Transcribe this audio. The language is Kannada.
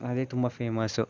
ಅದೇ ತುಂಬ ಫೇಮಸ್ಸು